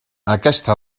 aquesta